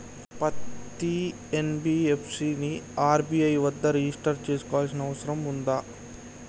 పత్తి ఎన్.బి.ఎఫ్.సి ని ఆర్.బి.ఐ వద్ద రిజిష్టర్ చేసుకోవాల్సిన అవసరం ఉందా?